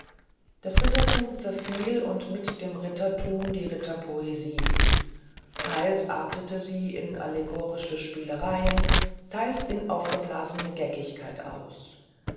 das rittertum zerfiel und mit dem rittertum die ritterpoesie teils artete sie in allegorische spielerei teils in aufgeblasene geckigkeit aus